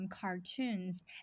cartoons